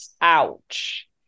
Ouch